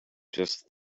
just